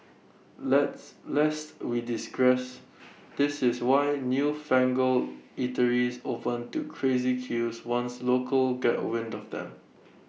let's lest we digress this is why newfangled eateries open to crazy queues once locals get wind of them